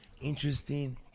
interesting